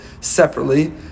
separately